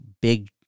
big